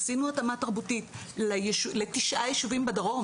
עשינו התאמה תרבותית לתשעה יישובים בדרום.